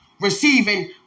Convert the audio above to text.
receiving